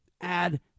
add